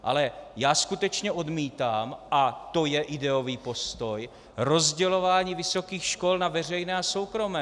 Ale já skutečně odmítám, a to je ideový postoj, rozdělování vysokých škol na veřejné a soukromé.